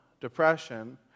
depression